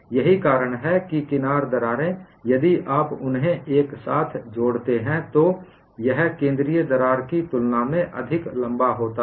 यही कारण है कि किनार दरारें यदि आप उन्हें एक साथ जोड़ते हैं तो यह केंद्रीय दरार की तुलना में अधिक लंबा होता है